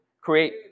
create